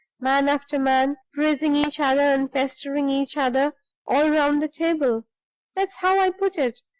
man after man, praising each other and pestering each other all round the table that's how i put it,